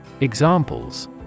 Examples